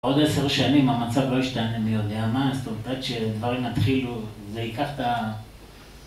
עוד עשר שנים המצב לא ישתנה מי יודע מה, זאת אומרת שדברים יתחילו, זה ייקח את ה...